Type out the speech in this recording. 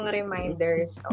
reminders